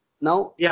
Now